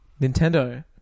Nintendo